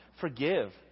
Forgive